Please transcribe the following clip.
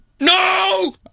No